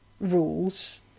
rules